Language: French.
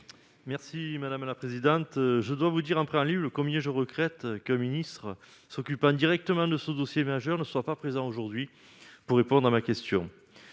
Merci madame la présidente, je dois vous dire en préambule, combien je regrette que ministre s'occupe indirectement de ce dossier majeur ne soient pas présents aujourd'hui pour répondre à ma question,